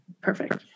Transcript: perfect